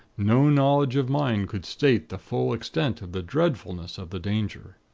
no knowledge of mine could state the full extent of the dreadfulness of the danger.